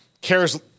cares